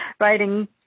writing –